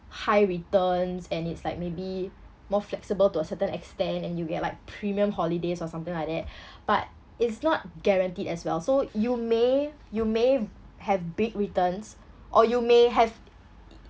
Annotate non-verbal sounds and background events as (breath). high returns and it's like maybe more flexible to a certain extent and you get like premium holidays or something like that (breath) but it's not guaranteed as well so you may you may have big returns or you may have y~